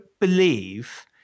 believe